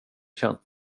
känt